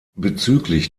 bezüglich